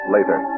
Later